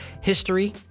history